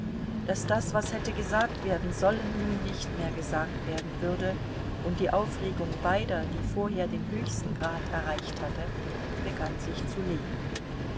daß das was hätte gesagt werden sollen nun nicht mehr gesagt werden würde und die aufregung beider die vorher den höchsten grad erreicht hatte begann sich zu legen